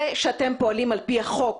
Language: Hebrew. זה שאתם פועלים על פי החוק,